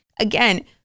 Again